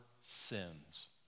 sins